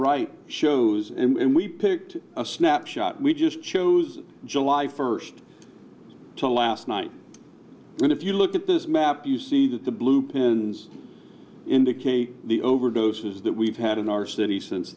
right shows and we picked a snapshot we just chose july first to last night and if you look at this map you see that the blue pens indicate the overdoses that we've had in our city since